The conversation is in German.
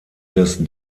des